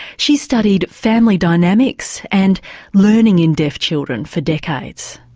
she studied family dynamics and learning in deaf children for decades.